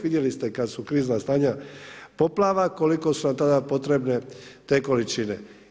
Vidjeli ste kada su krizna stanja poplava koliko su nam tada potrebne te količine.